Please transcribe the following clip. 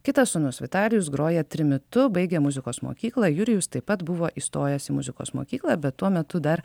kitas sūnus vitalijus groja trimitu baigė muzikos mokyklą jurijus taip pat buvo įstojęs į muzikos mokyklą bet tuo metu dar